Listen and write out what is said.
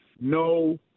no